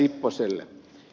lipposelle